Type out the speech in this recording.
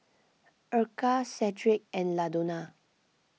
Erykah Cedrick and Ladonna